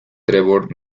trevor